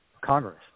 Congress